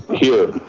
here.